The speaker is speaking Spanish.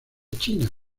china